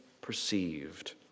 perceived